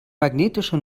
magnetische